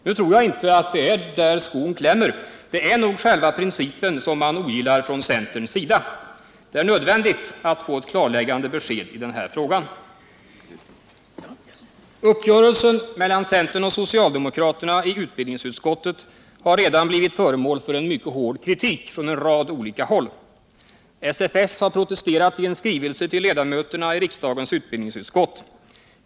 Nu tror jag inte att det är där skon klämmer. Det är nog själva principen som man ogillar från centerns sida. Det är nödvändigt att få ett klarläggande besked i den frågan. Uppgörelsen mellan centern och socialdemokraterna i utbildningsutskottet har redan blivit föremål för mycket bestämd kritik från en rad olika håll. SFS har protesterat i en skrivelse till ledamöterna i riksdagens utbildningsutskott.